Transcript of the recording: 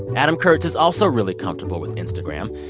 adam kurtz is also really comfortable with instagram.